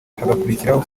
hagakurikiraho